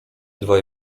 dwaj